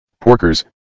Porkers